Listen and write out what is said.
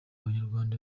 abanyarwanda